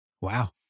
Wow